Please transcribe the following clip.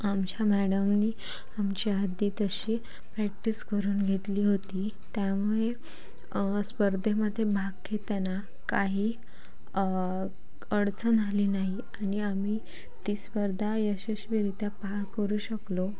आमच्या मॅडमनी आमची आधी तशी प्रॅक्टिस करून घेतली होती त्यामुळे स्पर्देमध्ये भाग घेताना काही अडचण आली नाही आणि आम्ही ती स्पर्धा यशस्वीरीत्या पार करू शकलो